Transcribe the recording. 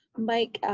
mike,